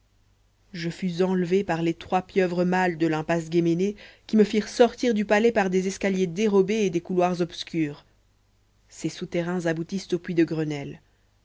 je fus enlevée par les trois pieuvres mâles de l'impasse guéménée qui me firent sortir du palais par des escaliers dérobés et des couloirs obscurs ces souterrains aboutissent au puits de grenelle